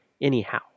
anyhow